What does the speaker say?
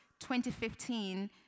2015